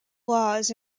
laws